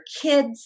kids